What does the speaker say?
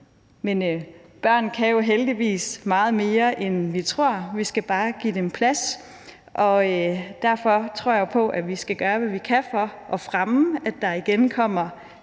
Men børn kan jo heldigvis meget mere, end vi tror. Vi skal bare give dem plads. Derfor tror jeg på, at vi skal gøre, hvad vi kan, for at fremme, at der igen kommer